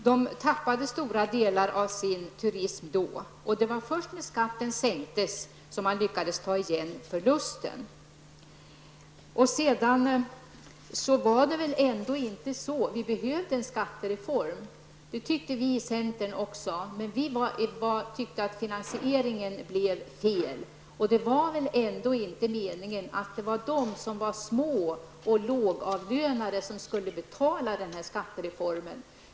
Man tappade då stora delar av sin turism, och det var först när skatten sänktes som man lyckades ta igen förlusten. Också vi i centern tyckte att det behövdes en skattereform, men vi tyckte att finansieringen av den blev felaktig. Det var väl inte meningen att de lågavlönade skulle betala skattereformen.